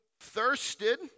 thirsted